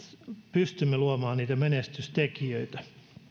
pystymme luomaan niitä menestystekijöitä